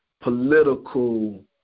political